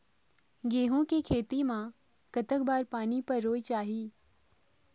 गेहूं के खेती मा कतक बार पानी परोए चाही?